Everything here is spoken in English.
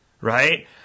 right